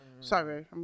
Sorry